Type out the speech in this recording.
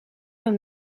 dan